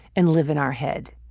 and live in our head.